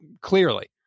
clearly